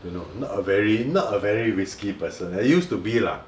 don't know not a very not a very whiskey person I used to be ah